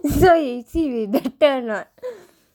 that's why is it we don't tell or not